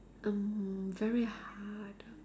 mm very hard